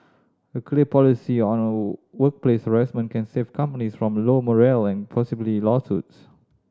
a clear policy on workplace harassment can save companies from low morale and possibly lawsuits